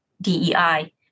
DEI